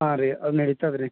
ಹಾಂ ರೀ ಅದು ನೆಡಿತದೆ ರೀ